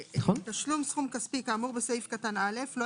(ב)תשלום סכום כספי כאמור בסעיף קטן (א) לא